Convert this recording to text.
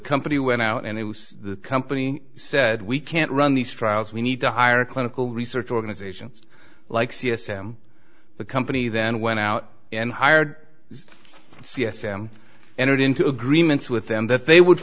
company went out and it was the company said we can't run these trials we need to hire a clinical research organizations like c s m the company then went out and hired c s m entered into agreements with them that they would